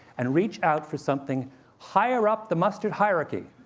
and reach out for something higher up the mustard hierarchy.